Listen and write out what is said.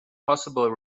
possible